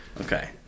Okay